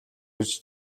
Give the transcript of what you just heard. ирж